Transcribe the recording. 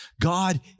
God